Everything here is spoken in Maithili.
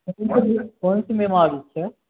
आ पुछलियै जे कोन सी बिमारी छै